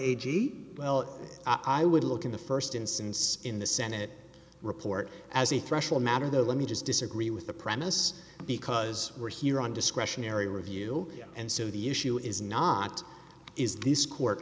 g well i would look in the first instance in the senate report as a threshold matter though let me just disagree with the premis because we're here on discretionary review and so the issue is not is this court